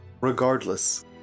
Regardless